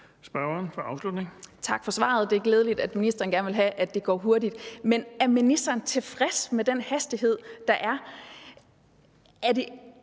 Tak for svaret. Det er glædeligt, at ministeren gerne vil have, at det går hurtigt, men er ministeren tilfreds med den hastighed, der er?